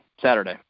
saturday